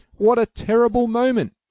what a terrible moment!